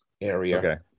area